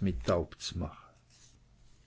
mi taub z'mache